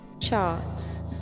charts